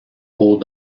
cours